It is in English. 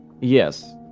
Yes